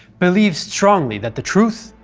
believed strongly that the truth,